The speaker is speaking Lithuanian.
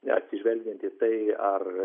na atsižvelgiant į tai ar